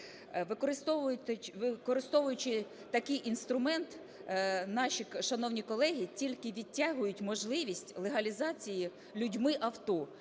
Використовуючи такий інструмент, наші шановні колеги тільки відтягують можливість легалізації людьми авто.